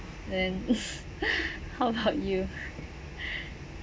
then how about you